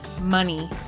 Money